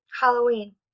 Halloween